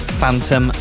phantom